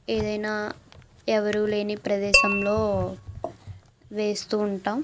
ఏదైనా ఎవరూ లేని ప్రదేశంలో వేస్తూ ఉంటాం